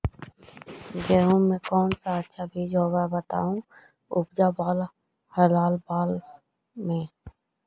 गेहूं के कौन सा अच्छा बीज होव है बताहू, उजला बाल हरलाल बाल में?